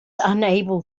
unable